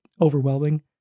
overwhelming